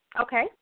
Okay